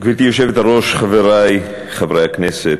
גברתי היושבת-ראש, חברי חברי הכנסת,